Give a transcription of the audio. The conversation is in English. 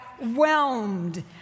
whelmed